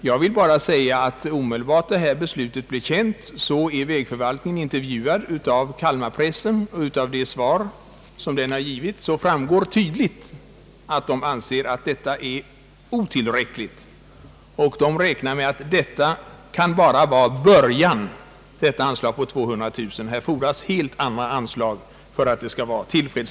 Jag vill till detta säga, att vägförvaltningen omedelbart efter det att regeringens beslut blev känt intervjuades av Kalmarpressen. Av intervjun framgår tydligt att vägförvaltningen anser anslaget på 200 000 kronor vara otillräckligt och endast kan utgöra en början. Det fordras avsevärt högre anslag för att man skall kunna utföra erforderliga vägförbättringar.